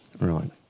Right